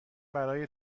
برای